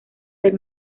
del